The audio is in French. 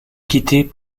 quitter